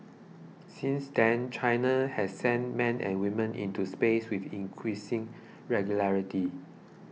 since then China has sent men and women into space with increasing regularity